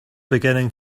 beginning